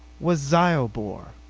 was zyobor.